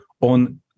on